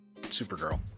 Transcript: supergirl